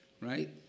right